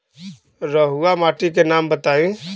रहुआ माटी के नाम बताई?